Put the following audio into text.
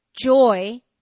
joy